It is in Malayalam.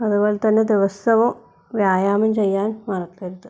അതുപോലെത്തന്നെ ദിവസവും വ്യായാമം ചെയ്യാൻ മറക്കരുത്